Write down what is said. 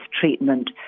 treatment